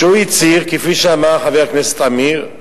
שהוא הצהיר, כפי שאמר חבר הכנסת עמיר: